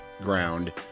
ground